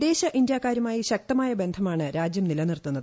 വിദേശ ഇന്ത്യാക്കാരുമായി ശക്തമായ ബന്ധമാണ് രാജ്യം നിലനിർത്തുന്നത്